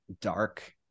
dark